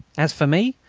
as for me,